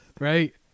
right